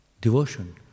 Devotion